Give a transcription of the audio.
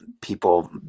people